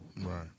right